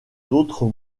d’autres